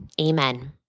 Amen